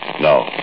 No